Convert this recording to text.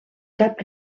cap